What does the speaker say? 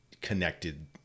connected